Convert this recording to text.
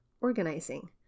organizing